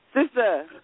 Sister